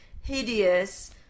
hideous